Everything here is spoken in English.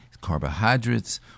Carbohydrates